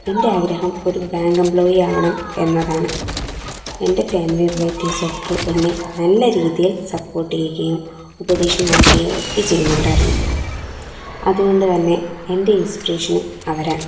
എൻ്റെ ആഗ്രഹം ഒരു ബാങ്ക് എംപ്ലോയീ ആവണം എന്നതാണ് എൻ്റെ ഫാമിലി റിലേറ്റീവ്സ് ഒക്കെ എന്നെ നല്ല രീതിയിൽ സപ്പോർട്ട് ചെയ്യുകയും ഉപദേശം നൽകുകയും ഒക്കെ ചെയ്യുന്നുണ്ടായിരുന്നു അതുകൊണ്ടുതന്നെ എൻ്റെ ഇൻസ്പിരേഷനും അവരാണ്